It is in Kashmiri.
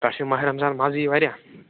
پٮ۪ٹھٕ چھُ ماہِ رمضان مزٕ یی واریاہ